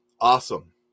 Awesome